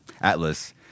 Atlas